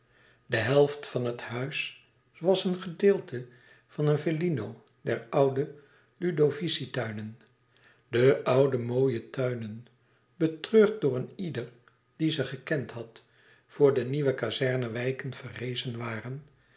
de helft van het huis was een gedeelte van een villino der oude ludovisi tuinen de oude mooie tuinen betreurd door een ieder die ze gekend had vr de nieuwe kazernewijken verrezen waren